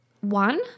One